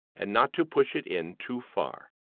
and not to push it in too far.